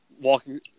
walking